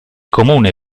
comune